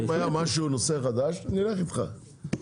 אם היה משהו נושא חדש, אני הולך אתך לדיון.